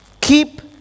keep